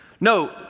No